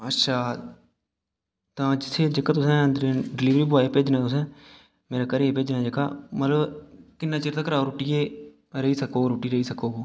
अच्छा ता सेही चक्कर तुसें डिलिवरी बाय बी भेजना तुसें मेरे घरै गी भेजना जेह्का मतलब किन्ने चिर तकर औग रुट्टी ऐ रेही सकोग रुट्टी रेही सकोग